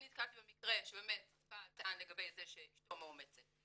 אני נתקלתי במקרה שבאמת בעל טען לגבי זה שאשתו מאומצת.